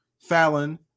fallon